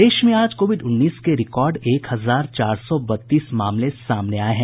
प्रदेश में आज कोविड उन्नीस के रिकॉर्ड एक हजार चार सौ बत्तीस मामले सामने आये हैं